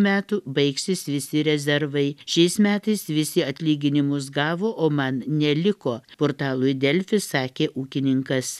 metų baigsis visi rezervai šiais metais visi atlyginimus gavo o man neliko portalui delfi sakė ūkininkas